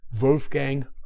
Wolfgang